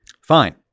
Fine